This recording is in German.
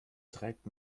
trägt